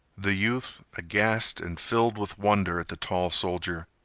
the youth, aghast and filled with wonder at the tall soldier,